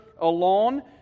alone